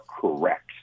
correct